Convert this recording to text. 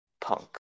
punk